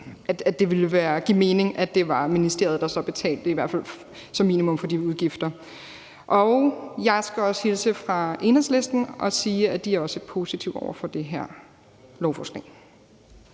at det ville give mening, at det var ministeriet, der så betalte, i hvert fald som minimum for de udgifter. Jeg skal også hilse fra Enhedslisten og sige, at de også er positive over for det her lovforslag.